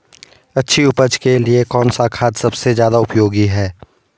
अच्छी उपज के लिए कौन सा खाद सबसे ज़्यादा उपयोगी है?